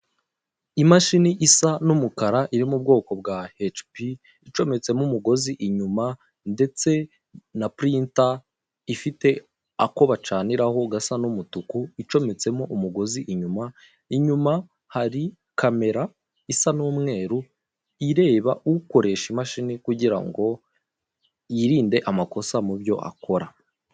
Imashini isa n'umukara iri mu bwoko bwa hecipi icometsemo umugozi inyuma, ndetse na purinta ifite ako bacaniraho gasa n'umutuku icometsemo umugozi inyuma, inyuma hari kamera isa n'umweru ireba ukoresha imashini kugira ngo yirinde amakosa mu byo akora.